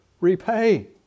repay